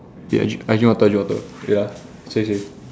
ya drink I drink water drinker wait ah sorry sorry